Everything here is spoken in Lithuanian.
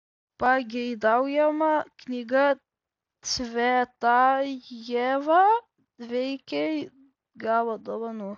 pageidaujamą knygą cvetajeva veikiai gavo dovanų